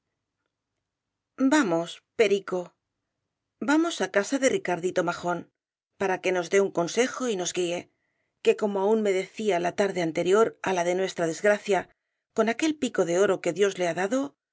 vamos perico vamos á casa de ricardito majen para que nos dé un consejo y nos guíe que como aún me decía la tarde anterior á la de nuestra desgracia con aquel pico de oro que dios le ha dado